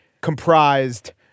comprised